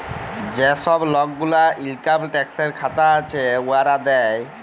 যে ছব লক গুলার ইলকাম ট্যাক্সের খাতা আছে, উয়ারা দেয়